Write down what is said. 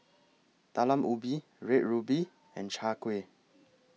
Talam Ubi Red Ruby and Chai Kuih